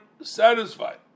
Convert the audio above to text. satisfied